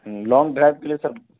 long drive کے لیے سر